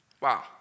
Wow